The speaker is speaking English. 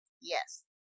yes